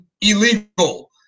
illegal